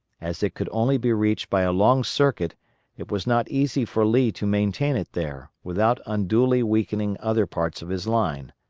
as it could only be reached by a long circuit it was not easy for lee to maintain it there, without unduly weakening other parts of his line.